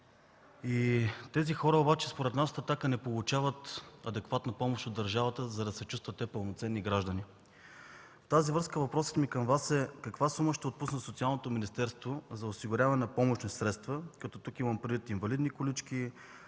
тези хора не получават адекватна помощ от държавата, за да се чувстват пълноценни граждани. Във връзка с това въпросът ми към Вас е: каква сума ще отпусне Социалното министерство за осигуряване на помощни средства – тук имам предвид инвалидни колички,